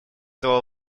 этого